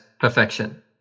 perfection